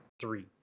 three